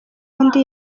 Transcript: undi